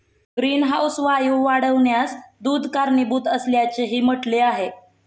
greenhouse वायू वाढण्यास दूध कारणीभूत असल्याचेही म्हटले आहे